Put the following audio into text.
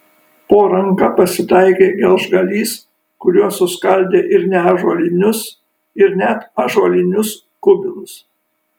po ranka pasitaikė gelžgalys kuriuo suskaldė ir neąžuolinius ir net ąžuolinius kubilus